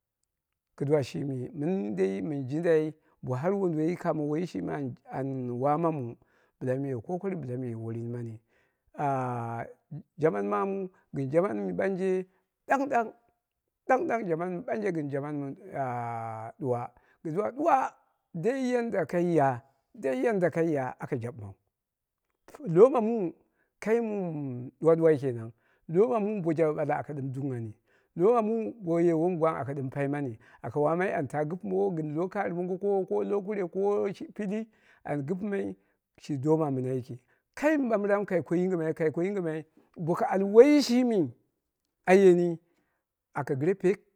Kɨduwa shimi mɨn dai mɨn jindan bo wonduwoi kamo shimi an waamamu bɨla mɨ ye kokari bɨla mɨ ye worin mani ahh jaman maamu gɨn jaman mɨ ɓanje ɗang ɗang jaman mɨ ɓanje gɨn jaman mɨ ɗuwa. Ɗuwa ɗuwa ddi yadda kai ya, dai yadda kai ya aka yaɓɨmau, lowo ma mu kai mui ɗuwa ɗuwa kenan lomamu ba jaɓeɓala aka ɗɨm duunghani, loma mu bo wom gwang a ɗɨm paimani, aka waamai an ta gɨpɨmowo gɨn lokarri mongo ko kure ko shi pilli ano gɨpɨmai shi doma mɨna yiki, kai mɨɓambɨram kai ko yingɨ, mai kai ko yingɨmai boka al woiyi shimi a yeni aka gɨre peek